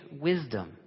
wisdom